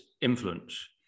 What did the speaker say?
influence